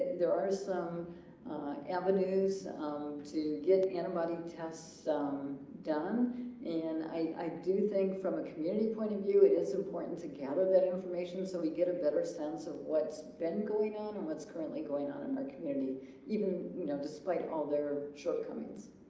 there are some avenues to get antibody tests done and i do think from a community point of view it is important to gather that information so we get a better sense of what's been going on and what's currently going on in my community even you know despite all their shortcomings.